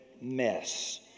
mess